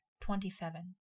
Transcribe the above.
Twenty-seven